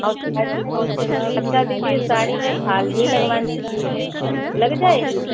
और साड़ी में अच्छा दीदी साड़ी में फाल भी लगवानी थी लग जाएगी